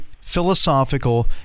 Philosophical